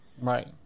right